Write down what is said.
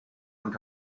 und